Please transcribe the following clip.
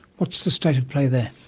what's the state of play there?